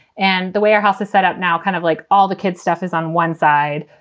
and the way our house is set up now, kind of like all the kids' stuff is on one side.